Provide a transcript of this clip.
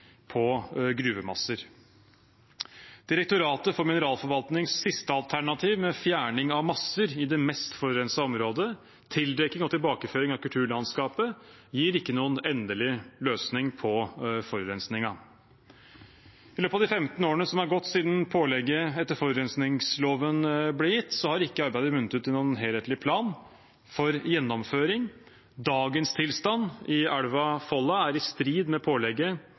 på gruvemasser. Direktoratet for mineralforvaltnings siste alternativ med fjerning av masser i det mest forurensede området, tildekking og tilbakeføring av kulturlandskapet gir ikke noen endelig løsning på forurensningen. I løpet av de 15 årene som er gått siden pålegget etter forurensningsloven ble gitt, har ikke arbeidet munnet ut i noen helhetlig plan for gjennomføring. Dagens tilstand i elva Folla er i strid med pålegget